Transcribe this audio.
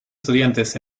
estudiantes